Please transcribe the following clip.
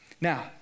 Now